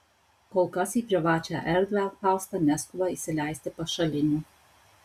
kol kas į privačią erdvę fausta neskuba įsileisti pašalinių